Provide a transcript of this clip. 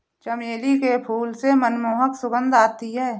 चमेली के फूल से मनमोहक सुगंध आती है